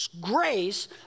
grace